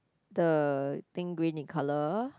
the thing green in colour